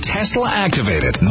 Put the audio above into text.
Tesla-activated